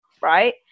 right